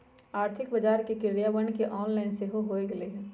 आर्थिक बजार के क्रियान्वयन ऑनलाइन सेहो होय लगलइ ह